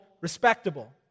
respectable